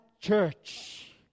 church